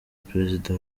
perezida